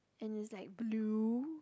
and it's like blue